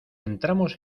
entramos